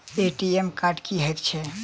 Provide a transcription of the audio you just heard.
ATM card की हएत छै?